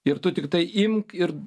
ir tu tiktai imk ir